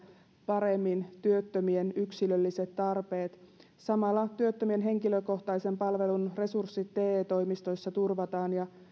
paremmin työttömien yksilölliset tarpeet samalla työttömien henkilökohtaisen palvelun resurssit te toimistoissa turvataan